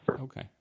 Okay